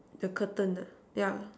the curtain yeah